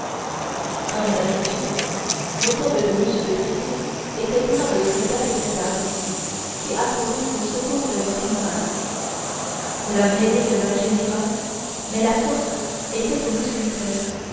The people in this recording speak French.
comme d'habitude l'hôtel de m de tréville était plein de soldats de cette arme qui accoururent au secours de leurs camarades la mêlée devint générale mais la force était aux mousquetaires